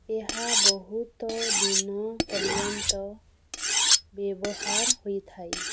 ଏହା ବହୁତ ଦିନ ପର୍ଯ୍ୟନ୍ତ ବ୍ୟବହାର ହୋଇଥାଏ